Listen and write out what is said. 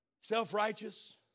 self-righteous